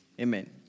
Amen